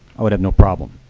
i would have no problem,